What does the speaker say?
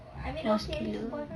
muscular